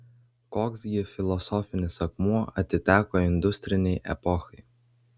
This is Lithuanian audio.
koks gi filosofinis akmuo atiteko industrinei epochai